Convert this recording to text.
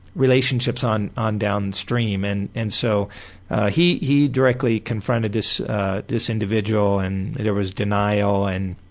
relationships on on downstream and and so he he directed confronted this this individual and there was denial, and